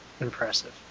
impressive